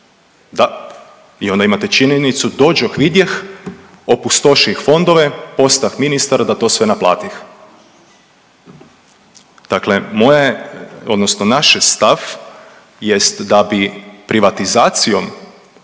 Da. I onda imate činjenicu, dođoh, vidjeh, opustoših fondove, postah ministar da to sve naplatih. Dakle moja je, odnosno naš je stav, jest da bi privatizacijom